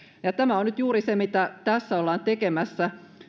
tämä on nyt juuri se mitä tässä ollaan tekemässä